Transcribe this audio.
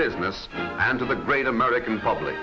business and to the great american public